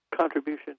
contribution